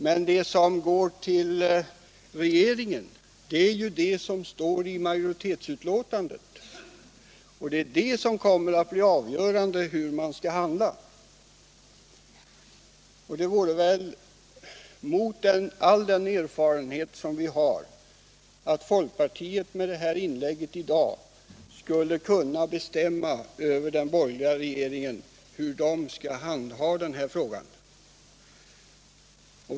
Men det som går till regeringen är vad som står i majoritetsbetänkandet, och det är det som kommer att bli avgörande för hur regeringen skall handla. Det vore väl mot all den erfarenhet som vi har, om folkpartiet med det här inlägget i dag skulle kunna bestämma hur den borgerliga regeringen skall handha denna fråga.